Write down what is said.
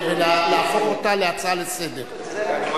להפוך את זה להצעה לסדר-היום?